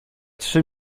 trzy